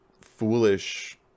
foolish